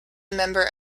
member